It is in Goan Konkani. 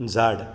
झाड